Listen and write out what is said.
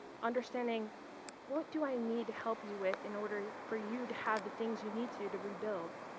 understanding what do i need to help you with in order for you to have the things you need to to rebuild.